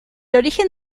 origen